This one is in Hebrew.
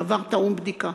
הדבר טעון בדיקה.